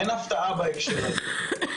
אין הפתעה בהקשר הזה.